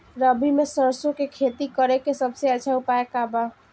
रबी में सरसो के खेती करे के सबसे अच्छा उपाय का बा?